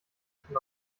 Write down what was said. schon